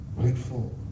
grateful